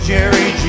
Jerry